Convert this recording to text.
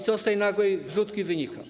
Co z tej nagłej wrzutki wynika?